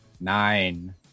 nine